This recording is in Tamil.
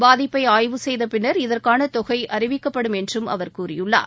பாதிப்பை ஆய்வு செய்தபின்னர் இதற்கான தொகை அறிவிக்கப்படும் என்றும் அவர் கூறியுள்ளார்